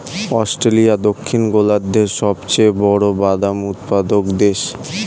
Australia দক্ষিণ গোলার্ধের সবচেয়ে বড় বাদাম উৎপাদক দেশ